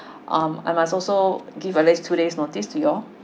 um I must also give at least two days notice to you all